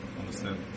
understand